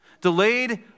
Delayed